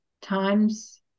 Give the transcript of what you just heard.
times